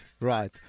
Right